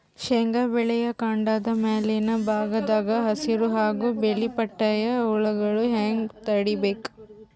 ಶೇಂಗಾ ಬೆಳೆಯ ಕಾಂಡದ ಮ್ಯಾಲಿನ ಭಾಗದಾಗ ಹಸಿರು ಹಾಗೂ ಬಿಳಿಪಟ್ಟಿಯ ಹುಳುಗಳು ಹ್ಯಾಂಗ್ ತಡೀಬೇಕು?